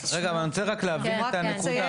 רגע, אבל אני רוצה רק להבין את הנקודה.